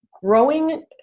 growing